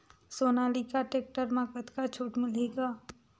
Sonalika tractor म कतका छूट मिलही ग?